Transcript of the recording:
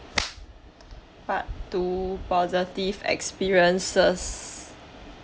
part two positive experiences